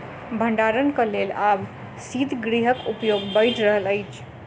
भंडारणक लेल आब शीतगृहक उपयोग बढ़ि रहल अछि